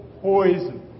poison